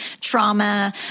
trauma